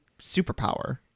superpower